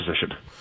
position